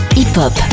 Hip-Hop